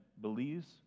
believes